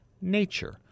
nature